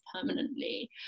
permanently